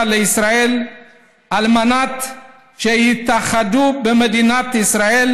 לישראל על מנת שיתאחדו במדינת ישראל,